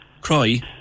cry